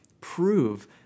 prove